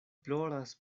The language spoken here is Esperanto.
ploras